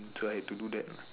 so I had to do that